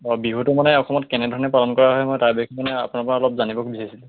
অ বিহুটো মানে অসমত কেনেধৰণে পালন কৰা হয় মই তাৰ মানে আপোনাৰ পৰা অলপ জানিব বিচাৰিছিলোঁ